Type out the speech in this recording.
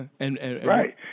Right